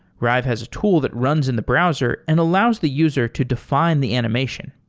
rive has a tool that runs in the browser and allows the user to define the animation.